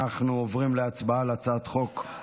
אנחנו עוברים להצבעה על הצעת חוק, אנחנו